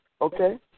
okay